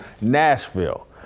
Nashville